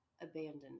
abandoned